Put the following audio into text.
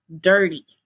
dirty